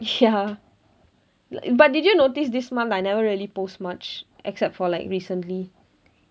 ya but did you notice this month I never really post much except for like recently